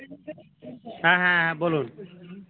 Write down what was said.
হ্যাঁ হ্যাঁ হ্যাঁ বলুন